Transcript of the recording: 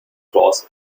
toss